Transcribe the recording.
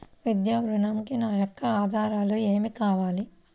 విద్యా ఋణంకి నా యొక్క ఆధారాలు ఏమి కావాలి?